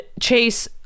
Chase